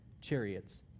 chariots